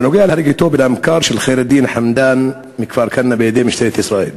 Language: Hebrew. בנוגע להריגתו בדם קר של ח'יר א-דין חמדאן מכפר-כנא בידי משטרת ישראל.